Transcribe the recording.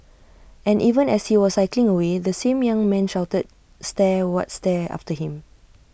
and even as he was cycling away the same young man shouted stare what stare after him